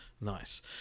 nice